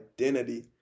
identity